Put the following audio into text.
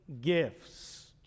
gifts